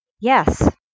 yes